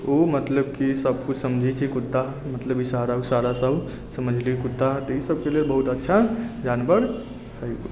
ओ मतलब कि सभकुछ समझै छै कुत्ता मतलब इशारा उशारा सभ समझली कुत्ता तऽ ई सभके लिए बहुत अच्छा जानवर हय